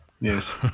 Yes